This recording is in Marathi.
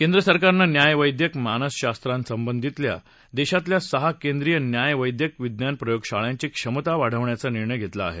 केंद्रसरकारनं न्याय वैद्यक मानसशास्त्रासंबंधित देशातल्या सहा केंद्रीय न्याय वैद्यक विज्ञान प्रयोग शाळांची क्षमता वाढवण्याचा निर्णय घेतला आहे